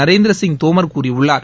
நரேந்திரசிங் தோமர் கூறியுள்ளார்